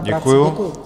Děkuju.